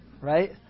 right